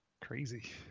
Crazy